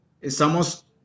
Estamos